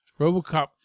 Robocop